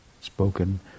spoken